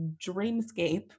dreamscape